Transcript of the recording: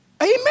Amen